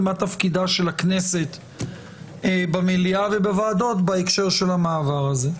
ומה תפקידה של הכנסת במליאה ובוועדות בהקשר של המעבר הזה.